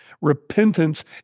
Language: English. Repentance